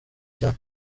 cyane